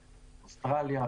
אוסטרליה,